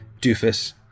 doofus